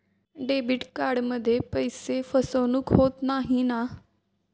Debit कार्डमध्ये पैसे फसवणूक होत नाही ना?